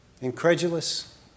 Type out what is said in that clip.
Incredulous